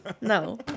No